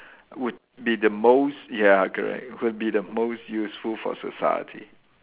would be the most ya correct would be the most useful for society